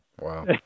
wow